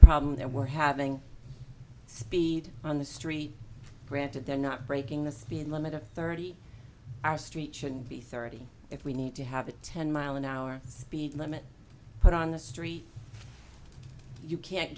problem there were having speed on the street granted they're not breaking the speed limit of thirty our street should be thirty if we need to have a ten mile an hour speed limit put on the street you can't